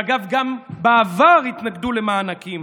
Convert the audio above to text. שאגב, גם בעבר התנגדו למענקים.